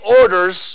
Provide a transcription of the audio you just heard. orders